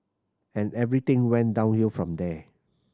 and everything went downhill from there